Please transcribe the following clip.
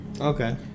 okay